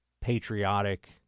patriotic